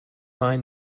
mind